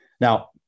Now